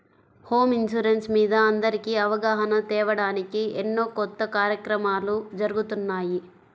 home insurance మీద అందరికీ అవగాహన తేవడానికి ఎన్నో కొత్త కార్యక్రమాలు జరుగుతున్నాయి